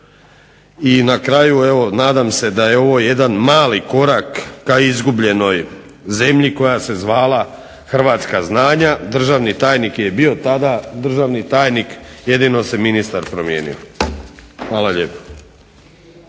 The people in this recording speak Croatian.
I na kraju evo, nadam se da je ovo jedan mali korak ka izgubljenoj zemlji koja se zvala hrvatska znanja. Državni tajni je bio tada državni tajnik, jedino se ministar promijenio. **Šeks,